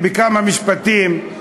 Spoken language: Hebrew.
בכמה משפטים,